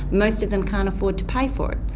most of them can't afford to pay for it,